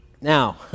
Now